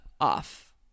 off